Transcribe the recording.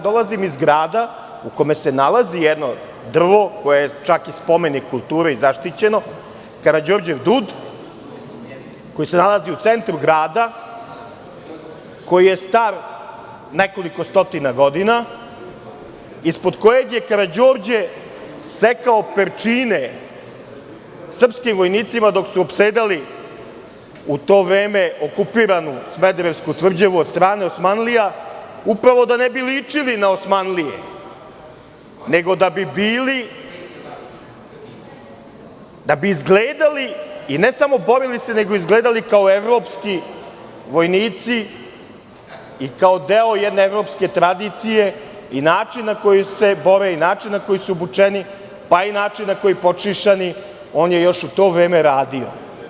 Dolazim iz grada u kome se nalazi jedno drvo, koje je i spomenik kulture i zaštićeno, „Karađorđev dud“, koji se nalazi u centru grada, koji je star nekoliko stotina godina ispod kojeg je Karađorđe sekao perčine srpskim vojnicima dok su opsedali u to vreme okupiranu Smederevsku tvrđavu od strane osmanlija i upravo da ne bi ličili na osmanlije, nego da bi bili, izgledali kao evropski vojnici i kao deo jedne evropske tradicije, i način na koji se bore i obučeni, pa i način na koji su podšišani, on je još u to vreme radio.